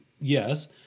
Yes